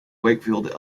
wakefield